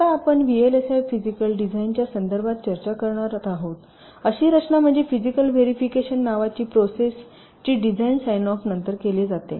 आता आपण VLSI physical design च्या संदर्भात चर्चा करणार आहोत अशी रचना म्हणजे फिजीकल व्हेरिफिकेशन नावाची प्रोसेस जी डिझाइन साइन ऑफ नंतर केली जाते